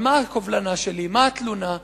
אבל מה הקובלנה שלי, מה התלונה?